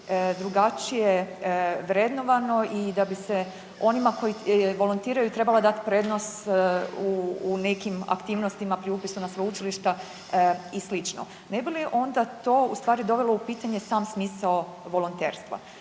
drugačije vrednovano i da bi se onima koji volontiraju trebala dati prednost u nekim aktivnostima pri upisu na sveučilišta i slično. Ne bi li onda to ustvari dovelo u pitanje sam smisao volonterstva?